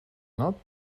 not